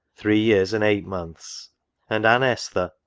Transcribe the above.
three years and eight months and anne esther,